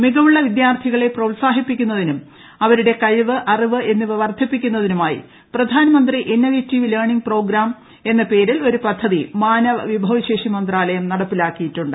മികവുള്ള വിദ്യാർത്ഥികളെ പ്രോത്സാഹിപ്പിക്കുന്നതിനും അവരുടെ കഴിവ് അറിവ് എന്നിവ വർദ്ധിപ്പിക്കുന്നതിനുമായി Pradhan Mantri innovative learning program Dhruv എന്ന പേരിൽ ഒരു പദ്ധതി മാനവ വിഭവശേഷി മന്ത്രാലയം നടപ്പിലാക്കിയിട്ടുണ്ട്